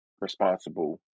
responsible